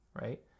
right